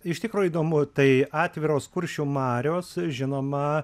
iš tikro įdomu tai atviros kuršių marios žinoma